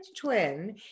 Twin